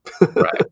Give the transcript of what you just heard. Right